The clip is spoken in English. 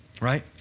right